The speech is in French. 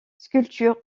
sculpture